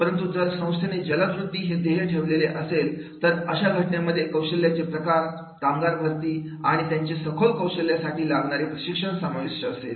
परंतु जर संस्थेने जलद वृद्धि हे ध्येय ठेवलेले असेल तर अशा घटनेमध्ये कौशल्य चे प्रकार कामगार भरती आणि त्यांचे सखोल कौशल्य साठी लागणारे प्रशिक्षण समाविष्ट असेल